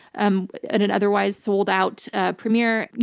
um at an otherwise sold out ah premiere.